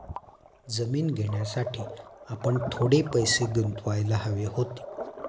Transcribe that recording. जमीन घेण्यासाठी आपण थोडे पैसे गुंतवायला हवे होते